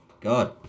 God